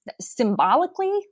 symbolically